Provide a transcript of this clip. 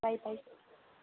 bye bye